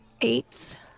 Eight